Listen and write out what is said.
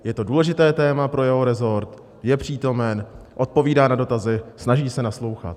Je to důležité téma pro jeho rezort, je přítomen, odpovídá na dotazy, snaží se naslouchat.